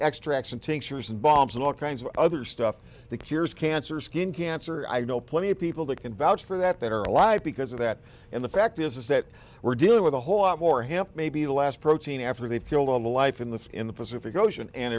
extraction tinctures and bombs and all kinds of other stuff that cures cancer skin cancer i know plenty of people that can vouch for that that are alive because of that and the fact is is that we're dealing with a whole lot more help maybe the last protein after they've killed all the life in the in the pacific ocean and